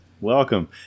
welcome